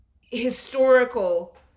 historical